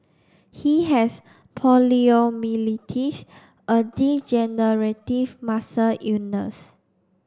he has poliomyelitis a degenerative muscle illness